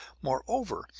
moreover,